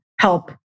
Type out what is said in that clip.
help